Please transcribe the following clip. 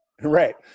Right